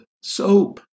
soap